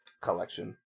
Collection